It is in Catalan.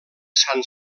sant